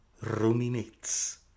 ruminates